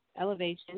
elevation